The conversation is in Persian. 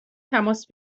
تماس